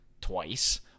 twice—